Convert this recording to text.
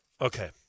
Okay